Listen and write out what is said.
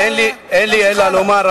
אין לי אלא לומר,